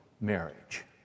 marriage